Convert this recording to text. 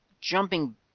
jumping